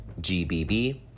GBB